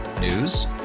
News